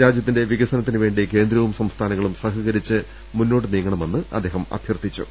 രാജ്യത്തിന്റെ വികസനത്തിനുവേണ്ടി കേന്ദ്രവും സംസ്ഥാനങ്ങളും സഹ കരിച്ച് മുന്നോട്ടു നീങ്ങണമെന്ന് അദ്ദേഹം അഭ്യർത്ഥിച്ചു